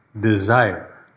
desire